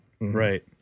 Right